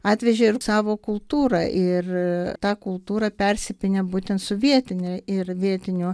atvežė ir savo kultūrą ir ta kultūra persipynė būtent su vietine ir vietiniu